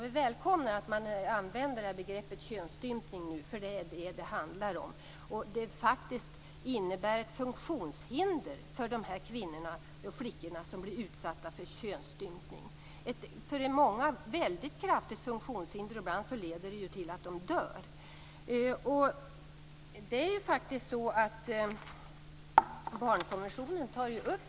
Vi välkomnar att begreppet könsstympning används. Det är det det handlar om. De flickor och kvinnor som blir utsatta för könsstympning får ett funktionshinder. För många är det fråga om ett kraftigt funktionshinder, och för många leder det till döden. Frågan tas upp i barnkonventionen.